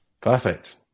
Perfect